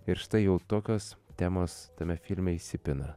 ir štai jau tokios temos tame filme įsipina